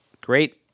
great